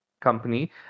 company